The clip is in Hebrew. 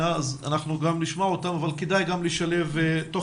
אנחנו נשמע אותם אבל כדאי גם לשלב תוך